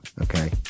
okay